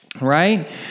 Right